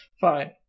Fine